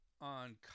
on